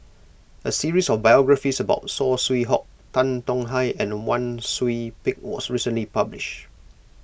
a series of biographies about Saw Swee Hock Tan Tong Hye and Wang Sui Pick was recently published